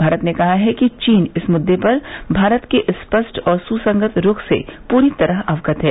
भारत ने कहा है कि चीन इस मुद्दे पर भारत के स्पष्ट और सुसंगत रूख से पूरी तरह अवगत है